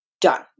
done